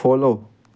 follow